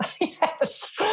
Yes